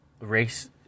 Race